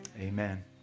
Amen